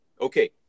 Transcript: okay